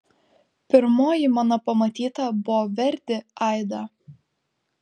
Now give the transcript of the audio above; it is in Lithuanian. pirmoji mano pamatyta buvo verdi aida